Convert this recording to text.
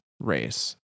race